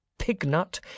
pignut